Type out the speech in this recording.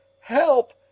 Help